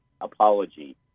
apology